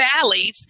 valleys